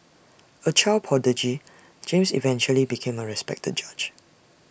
A child prodigy James eventually became A respected judge